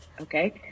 okay